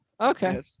Okay